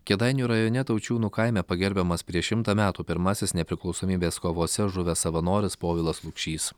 kėdainių rajone taučiūnų kaime pagerbiamas prieš šimtą metų pirmasis nepriklausomybės kovose žuvęs savanoris povilas lukšys